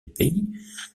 pays